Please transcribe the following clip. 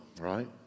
right